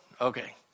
Okay